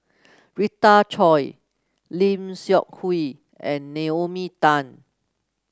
Rita Chao Lim Seok Hui and Naomi Tan